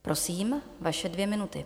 Prosím, vaše dvě minuty.